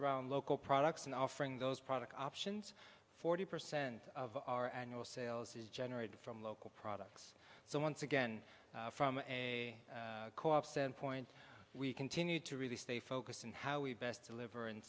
around local products and offering those product options forty percent of our annual sales is generated from local products so once again from a co op standpoint we continue to really stay focused and how we best deliver